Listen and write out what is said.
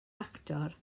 actor